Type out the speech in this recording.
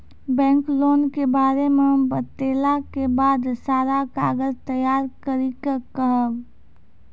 Bank loan के बारे मे बतेला के बाद सारा कागज तैयार करे के कहब?